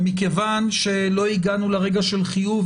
ומכיוון שלא הגענו לרגע של חיוב,